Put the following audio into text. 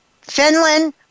Finland